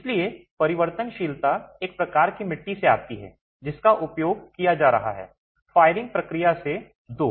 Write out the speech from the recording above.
इसलिए परिवर्तनशीलता एक प्रकार की मिट्टी से आती है जिसका उपयोग किया जा रहा है फायरिंग प्रक्रिया से दो